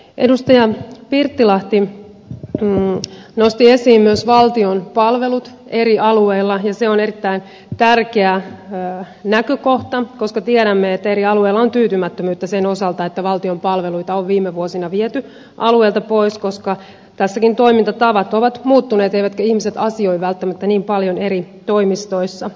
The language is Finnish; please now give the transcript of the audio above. edustaja pirttilahti nosti esiin myös valtion palvelut eri alueilla ja se on erittäin tärkeä näkökohta koska tiedämme että eri alueilla on tyytymättömyyttä sen osalta että valtion palveluita on viime vuosina viety alueilta pois koska tässäkin toimintatavat ovat muuttuneet eivätkä ihmiset asioi välttämättä niin paljon eri toimistoissa